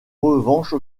revanche